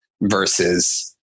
versus